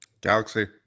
galaxy